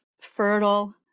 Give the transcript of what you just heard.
fertile